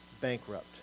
bankrupt